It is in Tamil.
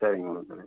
சரிங்க மேடம் சரிங்க